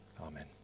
amen